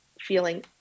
feeling